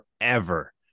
forever